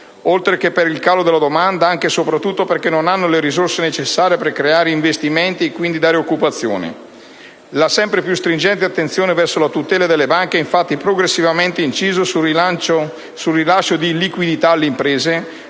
oltre che per il calo della domanda, anche e soprattutto perché non hanno le risorse necessarie per creare investimenti e quindi dare occupazione. La sempre più stringente attenzione verso la tutela delle banche ha infatti progressivamente inciso sul rilascio di liquidità alle imprese,